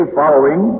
following